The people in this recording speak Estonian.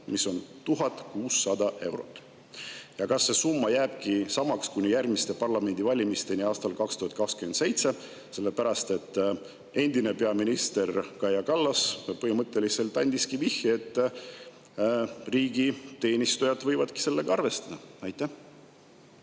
mis on 1600 eurot. Kas see summa jääbki samaks kuni järgmiste parlamendivalimisteni aastal 2027? Endine peaminister Kaja Kallas põhimõtteliselt andiski vihje, et riigiteenistujad võivad sellega arvestada. Aitäh!